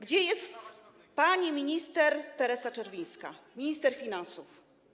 Gdzie jest pani minister Teresa Czerwińska, minister finansów?